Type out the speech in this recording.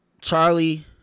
Charlie